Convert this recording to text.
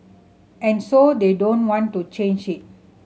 and so they don't want to change it